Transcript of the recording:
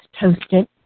toasted